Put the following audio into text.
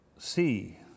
See